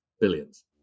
billions